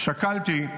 שקלתי,